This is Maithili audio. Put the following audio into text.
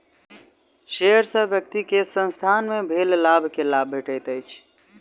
शेयर सॅ व्यक्ति के संसथान मे भेल लाभ के भाग भेटैत अछि